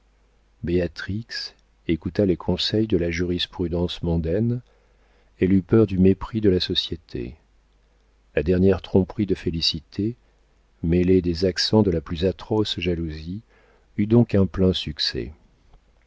béatrix écouta les conseils de la jurisprudence mondaine elle eut peur du mépris de la société la dernière tromperie de félicité mêlée des accents de la plus atroce jalousie eut donc un plein succès